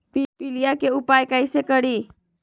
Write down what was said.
पीलिया के उपाय कई से करी?